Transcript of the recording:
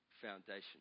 foundation